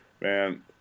man